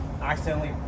accidentally